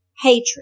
hatred